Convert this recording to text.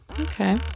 Okay